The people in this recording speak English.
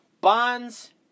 Bonds